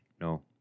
No